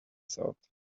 thought